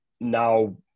now